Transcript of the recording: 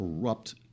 corrupt